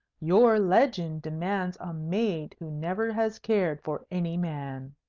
your legend demands a maid who never has cared for any man.